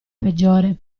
peggiore